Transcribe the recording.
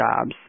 jobs